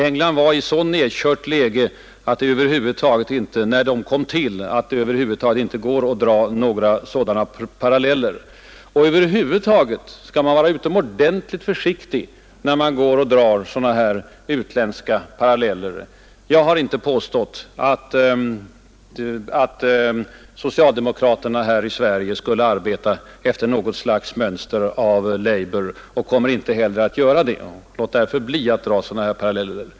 England var i så nedkört läge när det konservativa partiet kom till makten att det inte är möjligt att dra några sådana paralleller. Över huvud taget skall man vara utomordentligt försiktig när man gör jämförelser med utländska förhållanden. Jag har inte påstått att socialdemokraterna här i Sverige skulle arbeta efter labours mönster och kommer inte heller att göra det. Låt därför bli att dra paralleller!